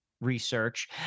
research